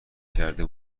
کرده